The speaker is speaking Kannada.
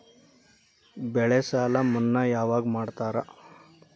ಬೆಳೆ ಸಾಲ ಮನ್ನಾ ಯಾವಾಗ್ ಮಾಡ್ತಾರಾ?